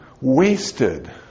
wasted